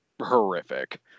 horrific